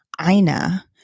Aina